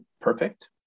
perfect